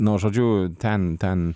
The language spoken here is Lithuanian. nu žodžiu ten ten